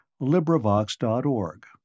LibriVox.org